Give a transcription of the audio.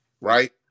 Right